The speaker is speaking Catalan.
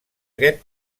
aquest